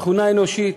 תכונה אנושית,